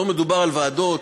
לא מדובר על ועדות,